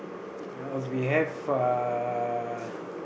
what else we have uh